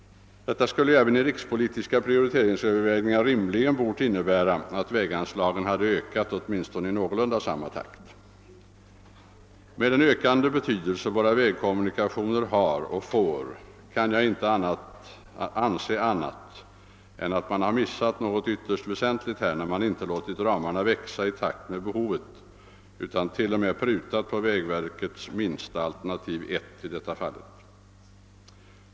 Detta hade ju även i rikspolitiska prioriteringsavvägningar rimligen bort innebära att väganslagen ökats i samma takt. Med den ökande betydelse våra vägkommunikationer har och får kan jag inte anse annat än att man missat något ytterst väsentligt när man inte låtit ramarna växa i takt med behovet utan t.o.m. prutat på vägverkets blygsammaste alternativ, alterantiv 1.